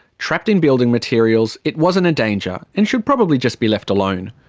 trapped in building materials, it wasn't a danger, and should probably just be left alone.